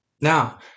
Now